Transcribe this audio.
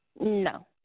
No